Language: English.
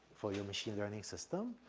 for your machine learning system,